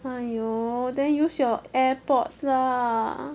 !aiyo! then use your AirPods lah